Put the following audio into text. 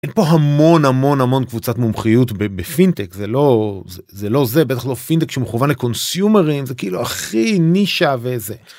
אין פה המון המון המון קבוצת מומחיות בפינטק זה לא זה לא זה בטח לא פינטק שמכוון לקונסיומרים זה כאילו הכי נישה וזה.